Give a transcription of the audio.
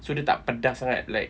so the tak pedas sangat like